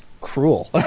cruel